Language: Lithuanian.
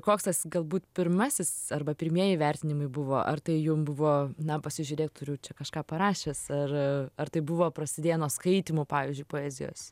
koks tas galbūt pirmasis arba pirmieji vertinimai buvo ar tai jum buvo na pasižiūrėk turiu čia kažką parašęs ar ar tai buvo prasidėję nuo skaitymų pavyzdžiui poezijos